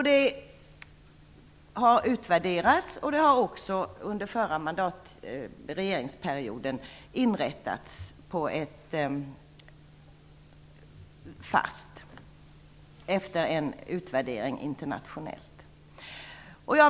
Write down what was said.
Detta har utvärderats, och under förra regeringsperioden inrättades rådet efter en utvärdering internationellt.